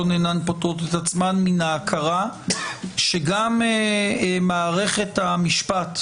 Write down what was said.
אינם פוטרים את עצמן מן ההכרה שגם מערכת המשפט,